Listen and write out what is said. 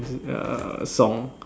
uh song